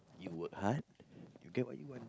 you work hard you get what you want